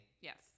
Yes